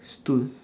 stool